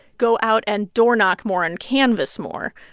go out and door knock more and canvass more,